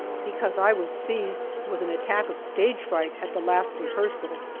because i was seized with an attack of stage fright at the last rehearsal,